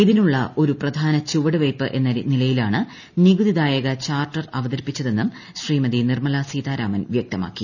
ഇതിനുള്ള ഒരു പ്രധാന ചുവടുവയ്പ് എന്ന നിലയിലാണ് നികുതിദായക ചാർട്ടർ അവതരിപ്പിച്ചതെന്നും ശ്രീമതി നിർമല സീതാരാമൻ വ്യക്തമാക്കി